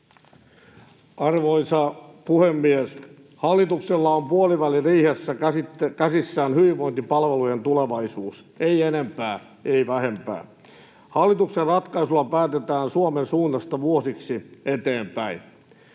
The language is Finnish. Arvoisa puhemies! Hallituksella on puoliväliriihessä käsissään hyvinvointipalvelujen tulevaisuus — ei enempää, ei vähempää. Hallituksen ratkaisuilla päätetään Suomen suunnasta vuosiksi eteenpäin.